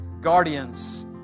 guardians